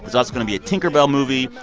there's also going to be a tinker bell movie,